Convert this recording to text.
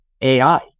AI